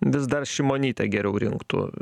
vis dar šimonytė geriau rinktų